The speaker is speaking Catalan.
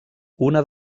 una